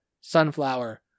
sunflower